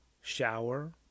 shower